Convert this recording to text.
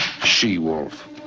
she-wolf